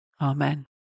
Amen